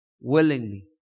willingly